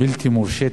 בלתי מורשית,